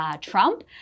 Trump